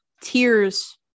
tears